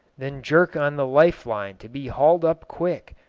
then jerk on the life-line to be hauled up quick,